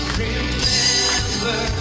remember